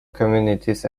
communities